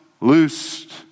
loosed